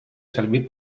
servir